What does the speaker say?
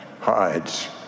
hides